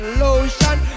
lotion